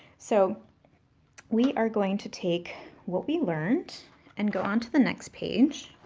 so we are going to take what we learned and go on to the next page.